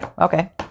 Okay